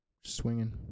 Swinging